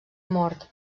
mort